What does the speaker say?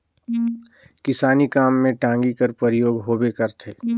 किसानी काम मे टागी कर परियोग होबे करथे